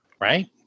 Right